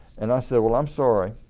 and i said well, i'm sorry,